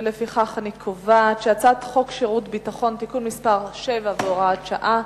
לפיכך אני קובעת שהצעת חוק שירות ביטחון (תיקון מס' 7 והוראת שעה)